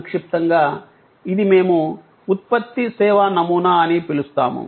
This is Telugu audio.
సంక్షిప్తంగా ఇది మేము ఉత్పత్తి సేవా నమూనా అని పిలుస్తాము